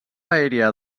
aèria